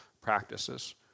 practices